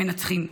מנצחים,